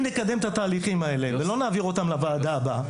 אם נקדם את התהליכים האלה ולא נעביר אותם לוועדה הבאה,